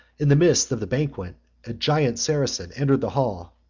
in the midst of the banquet a gigantic saracen entered the hall,